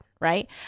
Right